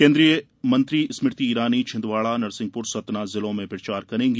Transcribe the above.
केन्द्रीय स्मृति इरानी छिन्दवाड़ा नरसिंहपुर सतना जिलों में प्रचार करेंगी